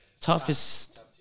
toughest